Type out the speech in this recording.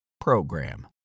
program